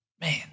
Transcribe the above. Man